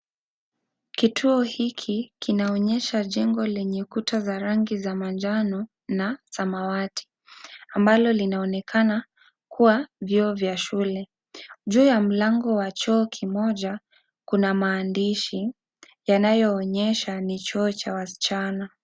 Kituo hili, kinaonyesha jengo lenye kuta za rangi za manjano na samawati, ambalo linaonekana kuwa, vyoo vya shule. Juu ya mlango wa choo kimoja, kuna maandishi yanayoonyesha ni choo cha wasichana.